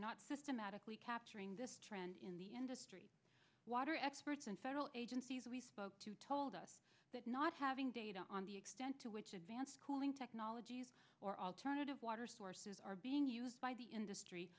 not systematically capturing this trend in the industry water experts and federal agencies we spoke to told us that not having data on the extent to which advanced cooling technologies or alternative water sources are being used by the industry